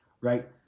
right